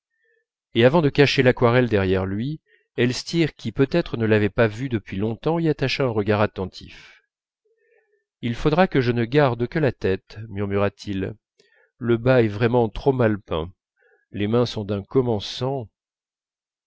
et avant de cacher l'aquarelle derrière lui elstir qui peut-être ne l'avait pas vue depuis longtemps y attacha un regard attentif il faudra que je ne garde que la tête murmura-t-il le bas est vraiment trop mal peint les mains sont d'un commençant